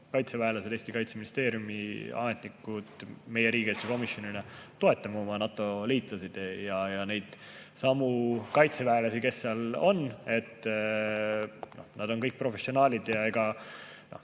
kaitseväelased, Eesti Kaitseministeeriumi ametnikud, meie riigikaitsekomisjon – me toetame oma NATO-liitlasi ja neidsamu kaitseväelasi, kes seal on. Nad on kõik professionaalid. Ega